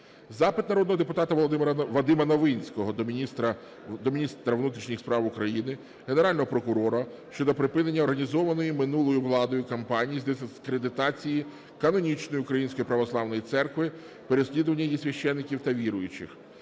Запит народного депутата Вадима Новинського до міністра внутрішніх справ України, Генерального прокурора щодо припинення організованої минулою владою кампанії з дискредитації канонічної Української Православної Церкви, переслідувань її священників та віруючих.